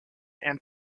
and